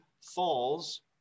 falls